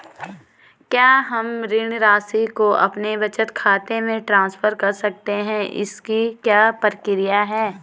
क्या हम ऋण राशि को अपने बचत खाते में ट्रांसफर कर सकते हैं इसकी क्या प्रक्रिया है?